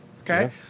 Okay